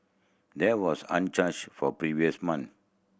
there was uncharged for previous month